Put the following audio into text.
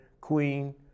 queen